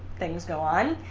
things go on,